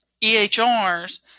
EHRs